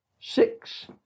Six